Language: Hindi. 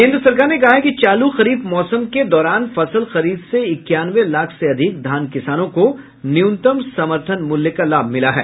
केंद्र सरकार ने कहा है कि चालू खरीफ मौसम के दौरान फसल खरीद से इक्यानवे लाख से अधिक धान किसानों को न्यूनतम समर्थन मूल्य का लाभ मिला है